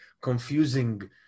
confusing